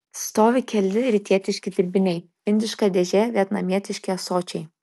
stovi keli rytietiški dirbiniai indiška dėžė vietnamietiški ąsočiai